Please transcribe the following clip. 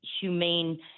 humane